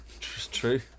True